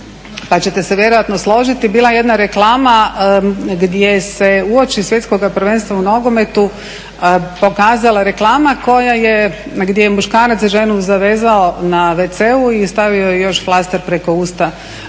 pa ćete se vjerojatno složiti bila je reklama gdje se uoči svjetskog prvenstva u nogometu pokazala reklama gdje je muškarac ženu zavezao na WC-u i stavio joj još flaster preko usta